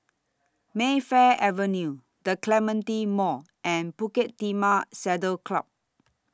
Mayfield Avenue The Clementi Mall and Bukit Timah Saddle Club